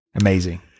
Amazing